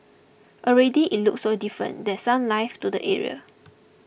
already it looks so different there's some life to the area